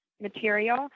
material